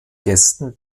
gästen